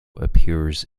appears